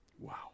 wow